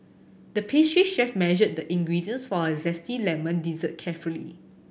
the pastry chef measured the ingredients for a zesty lemon dessert carefully